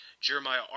Jeremiah